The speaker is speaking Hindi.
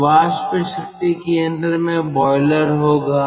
तो वाष्प शक्ति केंद्र में बॉयलर होगा